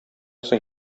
соң